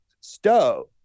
stove